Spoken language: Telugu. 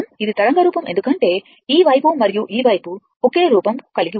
ఇది తరంగ రూపం ఎందుకంటే ఈ వైపు మరియు ఈ వైపు ఒకే రూపం కలిగి ఉంది